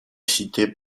cité